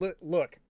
Look